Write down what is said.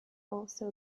also